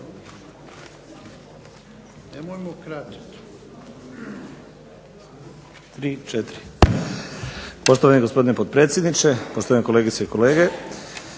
Dinko (HDSSB)** Poštovani gospodine potpredsjedniče, poštovani kolegice i kolege.